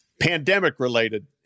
pandemic-related